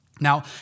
Now